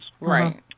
Right